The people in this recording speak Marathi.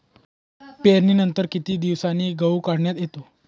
पेरणीनंतर किती दिवसांनी गहू काढण्यात येतो?